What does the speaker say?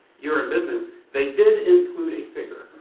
you're business. they did include a figure,